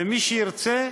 ומי שירצה,